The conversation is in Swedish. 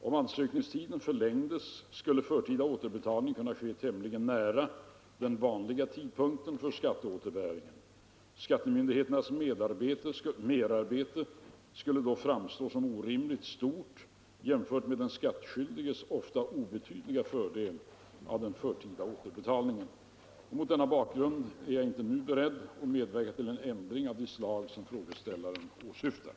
Om ansökningstiden förlängdes skulle förtida återbetalning kunna ske tämligen nära den vanliga tidpunkten för skatteåterbäringen. Skattemyndigheternas merarbete skulle då framstå som orimligt stort jämfört med den skattskyldiges ofta obetydliga fördel av den förtida återbetalningen. Mot denna bakgrund är jag inte nu beredd att medverka till en ändring av det slag frågeställaren åsyftar.